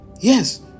Yes